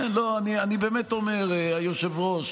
כן, לא, אני באמת אומר, היושב-ראש.